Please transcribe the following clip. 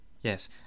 yes